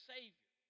Savior